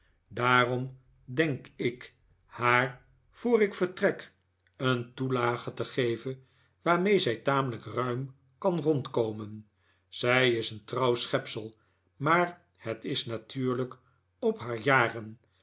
daarom denk ik haar voor ik vertrek een toelage te geven waarmee zij tamelijk ruim kan rondkomen zij is een trouw schepsel maar het is natuurlijk op haar jaren